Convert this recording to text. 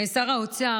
שר האוצר,